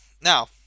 now